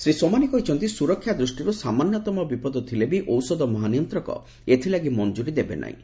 ଶ୍ରୀ ସୋମାନୀ କହିଛନ୍ତି ସୁରକ୍ଷା ଦୂଷ୍ଟିରୁ ସାମାନ୍ୟତମ ବିପଦ ଥିଲେ ବି ଔଷଧ ମହାନିୟନ୍ତକ ଏଥିଲାଗି ମଞ୍ଜୁରି ଦେବେ ନାହିଁ